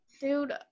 Dude